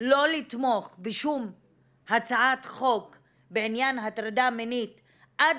לא לתמוך בשום הצעת חוק בעניין הטרדה מינית עד